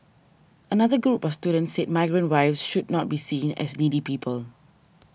another group of students said migrant wives should not be seen as needy people